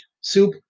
Soup